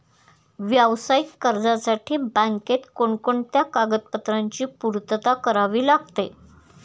व्यावसायिक कर्जासाठी बँकेत कोणकोणत्या कागदपत्रांची पूर्तता करावी लागते?